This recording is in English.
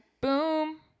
Boom